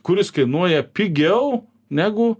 kuris kainuoja pigiau negu